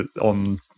on